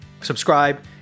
subscribe